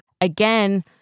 Again